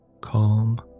Calm